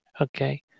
okay